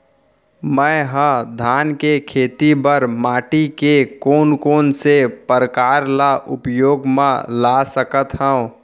मै ह धान के खेती बर माटी के कोन कोन से प्रकार ला उपयोग मा ला सकत हव?